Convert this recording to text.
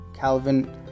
Calvin